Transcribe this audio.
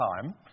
time